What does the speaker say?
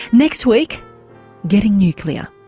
next week getting nuclear